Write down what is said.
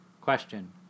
Question